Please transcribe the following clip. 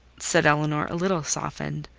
said elinor, a little softened,